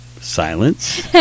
Silence